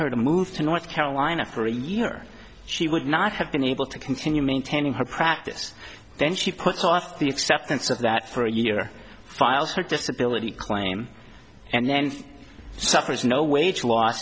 to move to north carolina for a year she would not have been able to continue maintaining her practice then she puts off the acceptance of that for a year filed her disability claim and then suffers no wages l